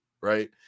right